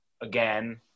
again